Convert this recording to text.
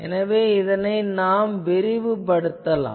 எனவே இதை நாம் விரிவுபடுத்தலாம்